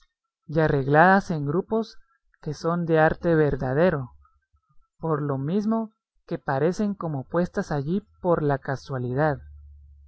y arregladas en grupos que son de arte verdadero por lo mismo que parecen como puestas allí por la casualidad